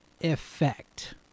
effect